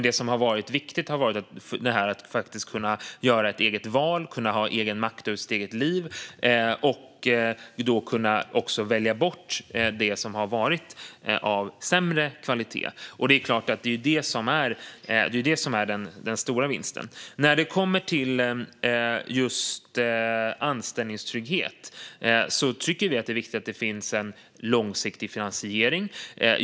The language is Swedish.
Det som har varit viktigt har varit att faktiskt kunna göra ett eget val, att ha makt över sitt eget liv och att kunna välja bort det som har varit av sämre kvalitet. Det är ju detta som är den stora vinsten. När det gäller anställningstrygghet tycker vi att det är viktigt att det finns en långsiktig finansiering.